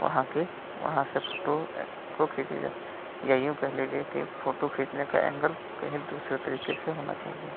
वहां की वहां से फोटो को खींची जा या यूँ कह लीजिए कि फोटो खींचने का एंगल कहीं दूसरे तरीके से होना चाहिए